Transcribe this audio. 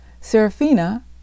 Serafina